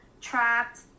Trapped